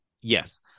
yes